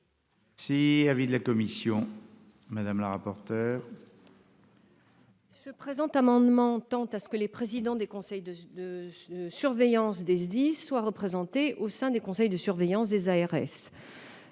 est l'avis de la commission ? Le présent amendement tend à ce que les présidents des conseils de surveillance des SDIS soient représentés au sein des conseils de surveillance des ARS.